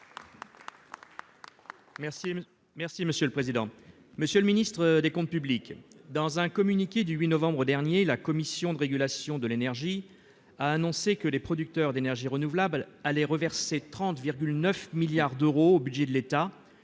Monsieur le ministre délégué chargé des comptes publics, dans un communiqué du 8 novembre dernier, la Commission de régulation de l'énergie (CRE) a annoncé que les producteurs d'énergie renouvelable allaient reverser 30,9 milliards d'euros au budget de l'État